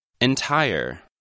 Entire